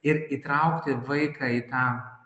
ir įtraukti vaiką į tą